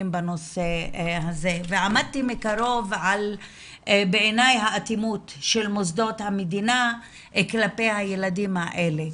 בנושא הזה ועמדתי מקרוב על האטימות של מוסדות המדינה כלפי הילדים האלה.